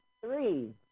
three